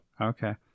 okay